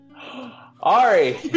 Ari